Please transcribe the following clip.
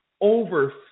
over